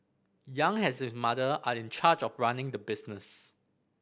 Yang has his mother are in charge of running the business